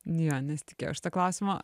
jo nesitikėjau šito klausimo